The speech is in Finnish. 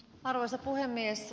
arvoisa puhemies